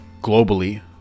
globally